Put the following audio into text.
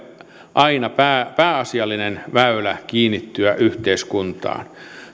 aina pääasiallinen väylä kiinnittyä yhteiskuntaan